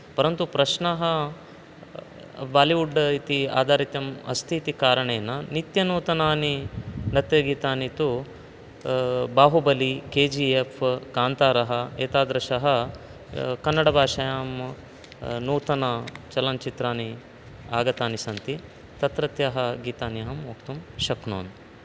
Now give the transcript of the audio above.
परन्तु प्रश्नः बालिवुड् इति आधारितम् अस्ति इति कारणेन नित्यनूतनानि नृत्यगीतानि तु बाहुबलि के जि एफ् कान्तारः एतादृशः कन्नडभाषायां नूतनचलनचित्राणि आगतानि सन्ति तत्रत्यः गीतानि अहं वक्तुं शक्नोमि